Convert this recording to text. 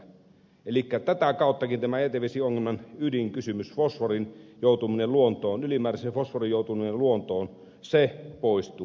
elikkä tätä kauttakin tämä jätevesiongelman ydinkysymys fosforin joutuminen luontoon ylimääräisen fosforin joutuminen luontoon poistuu